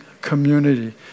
community